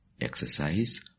exercise